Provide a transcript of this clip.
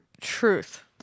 truth